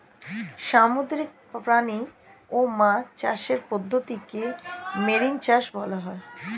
সামুদ্রিক প্রাণী ও মাছ চাষের পদ্ধতিকে মেরিন চাষ বলা হয়